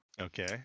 Okay